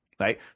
Right